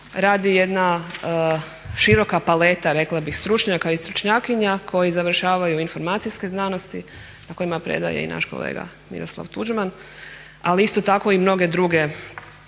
radi jedna široka paleta rekla bih stručnjaka i stručnjakinja koji završavaju informacijske znanosti na kojima predaje i naš kolega Miroslav Tuđman, ali isto tako i mnoge druge